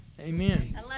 Amen